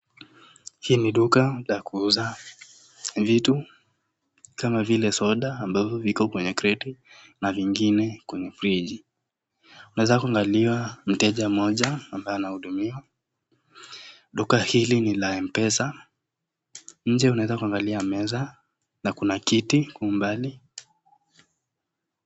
Hii ni duka la kuuza vitu kama vile soda ambavyo viko kwenye kreti na vinywaji vingine kwenye friji. Unaweza kuangalia mteja mmoja ambaye anahudumiwa, duka hili ni la Mpesa, ne unaweza kuanglia meza na kuna kiti kwa umbali.